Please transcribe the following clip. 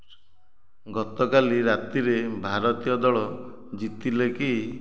ଗତକାଲି ରାତିରେ ଭାରତୀୟ ଦଳ ଜିତିଲେ କି